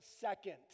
second